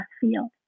field